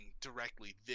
directly